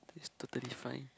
it's totally fine